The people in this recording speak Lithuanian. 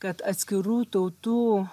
kad atskirų tautų